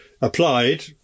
applied